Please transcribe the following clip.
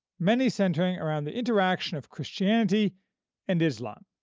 many centering around the interaction of christianity and islam.